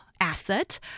asset